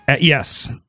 Yes